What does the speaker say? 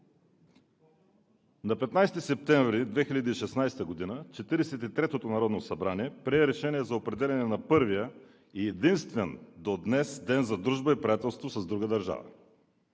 На 15 септември 2016 г. 43-тото народно събрание прие Решение за определяне на първия и единствен до днес Ден за дружба и приятелство с друга държава.